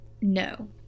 No